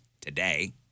today